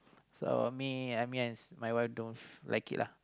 so I mean I mean I my wife don't like it lah